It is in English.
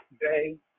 day